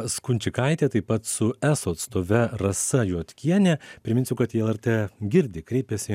skunčikaite taip pat su eso atstove rasa juodkiene priminsiu kad į lrt girdi kreipėsi